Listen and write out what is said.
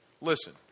Listen